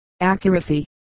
accuracy